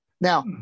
Now